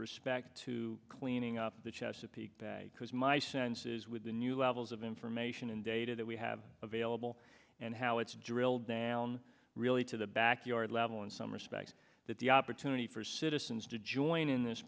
respect to cleaning up the chesapeake bag because my sense is with the new levels of information and data that we have available and how it's drilled down really to the backyard level in some respects that the opportunity for citizen to join in this